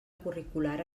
curricular